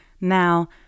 Now